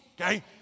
okay